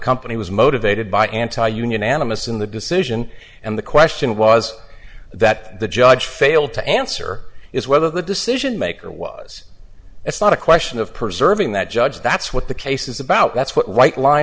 company was motivated by anti union animists in the decision and the question was that the judge failed to answer is whether the decision maker was it's not a question of preserving that judge that's what the case is about that's what white li